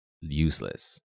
useless